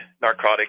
narcotic